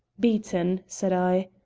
beaton, said i,